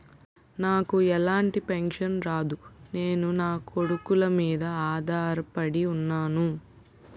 నాకు ఎలాంటి పెన్షన్ రాదు నేను నాకొడుకుల మీద ఆధార్ పడి ఉన్నాను